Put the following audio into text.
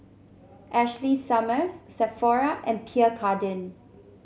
Ashley Summers Sephora and Pierre Cardin